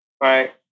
right